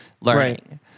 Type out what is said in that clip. learning